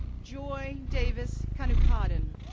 joy davis kind of kannookaden,